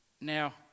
Now